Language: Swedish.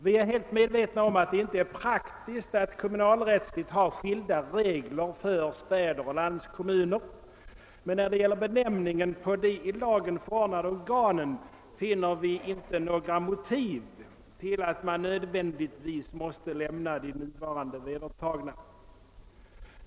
Vi är fullt medvetna om att det inte är praktiskt att kommunalrättsligt ha skilda regler för städer och landskommuner, men när det gäller benämningen på de i lagen fastställda organen finner vi inte några motiv till att man nödvändigtvis måste lämna de nuvarande vedertagna namnen.